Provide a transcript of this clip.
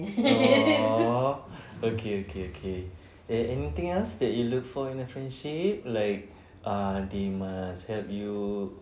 !aww! okay okay okay anything else you look for in a friendship like ah they must help you